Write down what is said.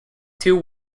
two